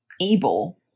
able